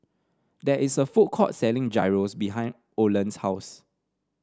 there is a food court selling Gyros behind Oland's house